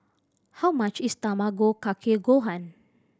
how much is Tamago Kake Gohan